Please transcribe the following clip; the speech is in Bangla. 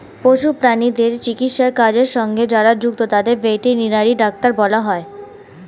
পশু প্রাণীদের চিকিৎসার কাজের সঙ্গে যারা যুক্ত তাদের ভেটেরিনারি ডাক্তার বলা হয়